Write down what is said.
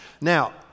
Now